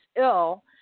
ill